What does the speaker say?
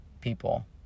people